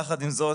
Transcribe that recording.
יחד עם זאת,